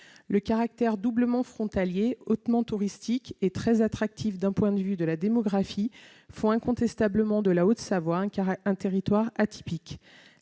Son caractère doublement frontalier, hautement touristique et très attractif d'un point de vue démographique fait incontestablement de la Haute-Savoie un territoire atypique.